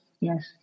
Yes